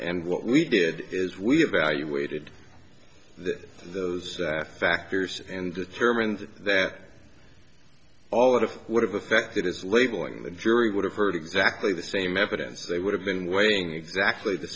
and what we did is we evaluated those factors and determined that all of the would have affected his labeling the jury would have heard exactly the same evidence they would have been waiting exactly the